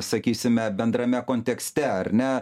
sakysime bendrame kontekste ar ne